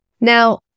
Now